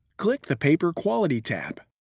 click the paper quality tab.